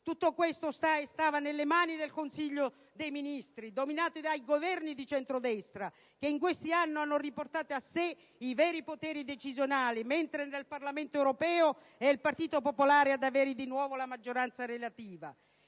Tutto questo sta e stava nelle mani del Consiglio europeo, dominato dai Governi di centrodestra, che in questi anni hanno riportato a sé i veri poteri decisionali; mentre nel Parlamento europeo è il Partito popolare ad avere di nuovo la maggioranza relativa.